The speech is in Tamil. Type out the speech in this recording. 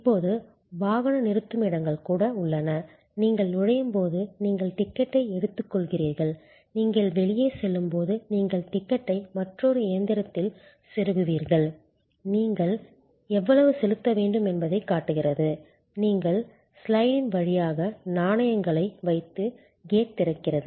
இப்போது வாகன நிறுத்துமிடங்கள் கூட உள்ளன நீங்கள் நுழையும்போது நீங்கள் டிக்கெட்டை எடுத்துக்கொள்கிறீர்கள் நீங்கள் வெளியே செல்லும்போது நீங்கள் டிக்கெட்டை மற்றொரு இயந்திரத்தில் செருகுவீர்கள் நீங்கள் எவ்வளவு செலுத்த வேண்டும் என்பதைக் காட்டுகிறது நீங்கள் ஸ்லாட்டின் வழியாக நாணயங்களை வைத்து கேட் திறக்கிறது